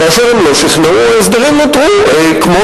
כאשר הם לא שכנעו, ההסדרים נותרו כמו